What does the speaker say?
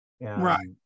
Right